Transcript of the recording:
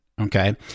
okay